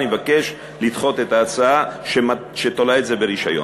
אני מבקש לדחות את ההצעה שתולה את זה ברישיון.